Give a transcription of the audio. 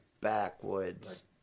backwoods